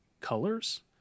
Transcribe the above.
colors